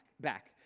back